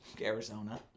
Arizona